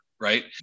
right